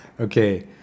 Okay